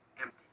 empty